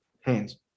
Hands